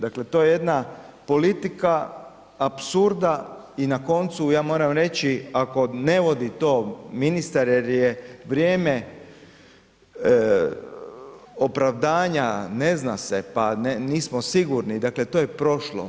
Dakle to je jedna politika apsurda i na koncu, ja moram reći, ako ne vodi to ministar jer je vrijeme opravdanja, ne zna se, pa nismo sigurni, dakle to je prošlo.